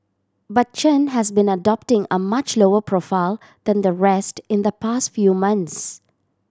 but Chen has been adopting a much lower profile than the rest in the past few months